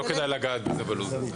לא כדאי לגעת בזה בלו"ז.